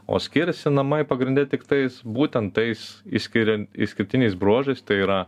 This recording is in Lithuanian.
o skiriasi namai pagrinde tiktais būtent tais išskiriant išskirtiniais bruožais tai yra